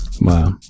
Wow